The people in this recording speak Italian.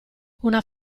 una